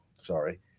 sorry